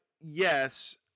yes